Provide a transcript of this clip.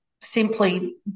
simply